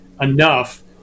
enough